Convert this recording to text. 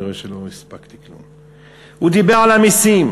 אני רואה שלא הספקתי כלום, הוא דיבר על המסים.